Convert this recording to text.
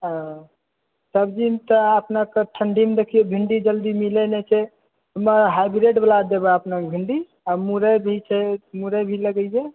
हँ सब्जी तऽ अपनेके ठण्डीमे देखियौ भिन्डी जल्दी मिलैत नहि छै हाइब्रिडवला देब अपनेके भिन्डी आ मुरइ भी छै मुरइ भी लगैयौ